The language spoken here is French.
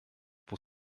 pour